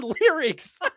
lyrics